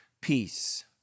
peace